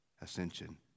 ascension